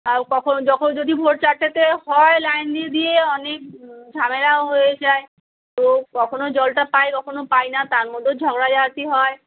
তাও কখন যখো যদি ভোর চারটেতে হয় লাইন দিয়ে দিয়ে অনেক ঝামেলাও হয়ে যায় তো কখনও জলটা পাই কখনও পাই না তার মধ্যেও ঝগড়াঝাঁটি হয়